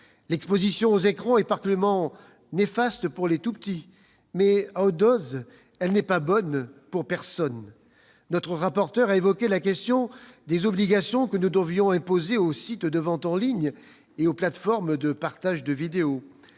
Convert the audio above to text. L'exposition aux écrans est particulièrement néfaste pour les tout-petits, mais, à haute dose, elle n'est bonne pour personne. Notre rapporteur a évoqué la question des obligations que nous devrions imposer aux sites de vente en ligne et aux plateformes de partage de vidéos.